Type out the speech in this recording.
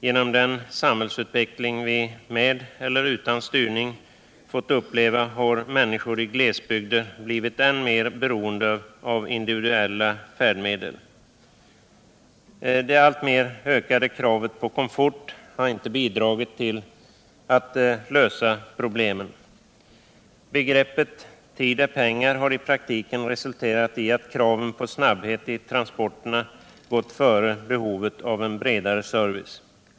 Genom den samhällsutveckling vi, med eller utan styrning, fått uppleva har människor i glesbygder blivit än mer beroende av individuella färdmedel. Det alltmer ökade kravet på komfort har inte bidragit till att lösa problemen. Talesättet ”tid är pengar” har i praktiken resulterat i att kraven på snabbhet i transporterna gått före behovet av en bredare service.